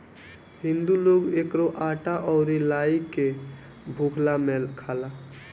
हिंदू लोग एकरो आटा अउरी लाई के भुखला में खाला